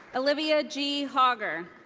olivia g. hauger.